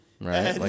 Right